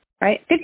right